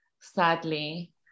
sadly